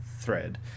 thread